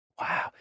Wow